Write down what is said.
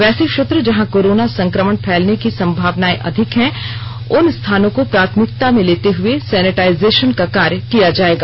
वैसे क्षेत्र जहाँ कोरोना संक्रमण फैलने की संभावनाएं अधिक है उन स्थानों को प्राथमिकता में लेते हुए सैनेटाइजेशन का कार्य किया जाएगा